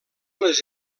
les